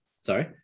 sorry